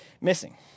missing